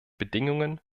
bedingungen